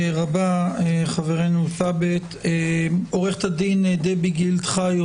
עו"ד דבי גילד-חיו,